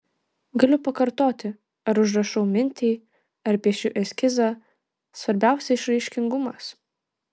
galiu pakartoti ar užrašau mintį ar piešiu eskizą svarbiausia išraiškingumas